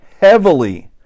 heavily